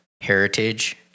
heritage